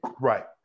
Right